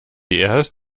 ist